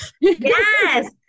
Yes